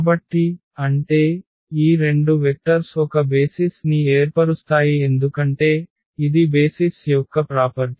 కాబట్టి అంటే ఈ రెండు వెక్టర్స్ ఒక బేసిస్ ని ఏర్పరుస్తాయి ఎందుకంటే ఇది బేసిస్ యొక్క ప్రాపర్టీ